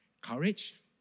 Courage